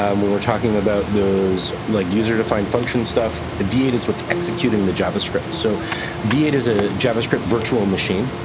um when we're talking about those like user-defined function stuff, v eight is what's executing the javascript. so v eight is a javascript virtual machine.